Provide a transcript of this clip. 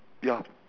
ya